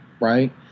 right